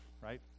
right